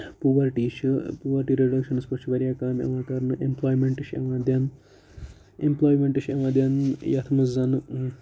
poverty چھِ poverty reductions مَنٛز چھِ واریاہ کامہِ یِوان کَرنہٕ اِمپلایمینٹ چھِ یِوان دِنہٕ اِمپلایمینٹ چھِ یِوان دِنہٕ یَتھ مَنٛز زَنہٕ